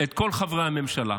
את כל חברי הממשלה